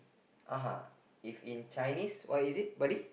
uh if in Chinese what is it buddy